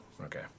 Okay